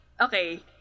Okay